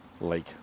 Lake